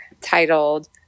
titled